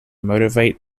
motivate